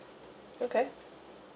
okay